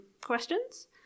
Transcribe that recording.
questions